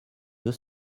deux